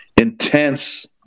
intense